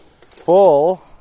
Full